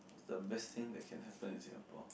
what's the best thing that can happen in Singapore